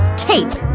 tape.